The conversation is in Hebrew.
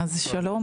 שלום,